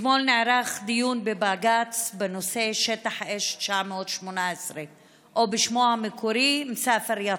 אתמול נערך דיון בבג"ץ בנושא שטח האש 918 או בשמו המקורי מסאפר יטא.